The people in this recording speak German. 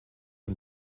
und